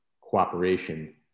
cooperation